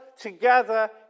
together